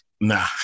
Nah